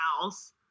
house